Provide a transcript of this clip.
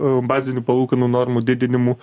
bazinių palūkanų normų didinimų